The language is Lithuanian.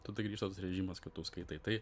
tada grįžta tas režimas kad tu skaitai tai